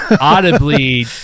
audibly